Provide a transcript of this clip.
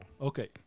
Okay